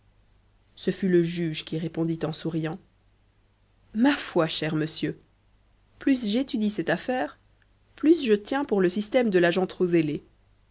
ce fut le juge qui répondit en souriant ma foi cher monsieur plus j'étudie cette affaire plus je tiens pour le système de